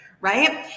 right